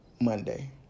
Monday